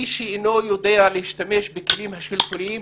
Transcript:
מי שאינו יודע להשתמש בכלים השלטוניים,